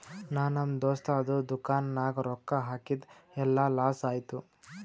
ನಾ ನಮ್ ದೋಸ್ತದು ದುಕಾನ್ ನಾಗ್ ರೊಕ್ಕಾ ಹಾಕಿದ್ ಎಲ್ಲಾ ಲಾಸ್ ಆಯ್ತು